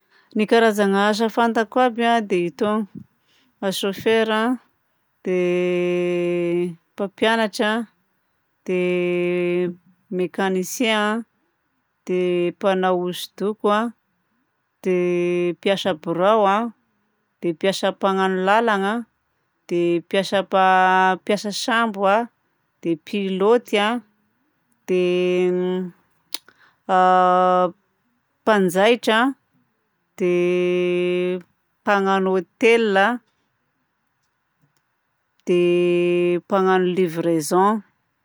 Ny karazagna asa fantako aby a dia itony: chauffeur, dia mpampianatra a, dia mécanicien a, dia mpanao hosodoko a, dia mpiasa birao a, dia mpiasa mpagnano lalagna, dia mpiasa mpa- mpiasa sambo a, dia pilôty a, dia mpanjaitra, dia mpagnano hotel a, dia mpagnano livraison.